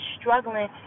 struggling